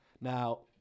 Now